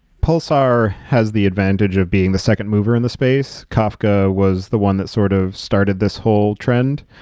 pulsar has the advantage of being the second mover in the space. kafka was the one that sort of started this whole trend.